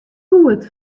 goed